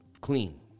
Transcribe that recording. clean